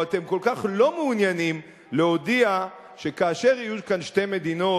או שאתם כל כך לא מעוניינים שכאשר יהיו כאן שתי מדינות